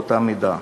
באותה מידה.